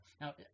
now